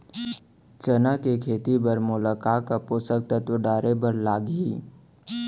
चना के खेती बर मोला का का पोसक तत्व डाले बर लागही?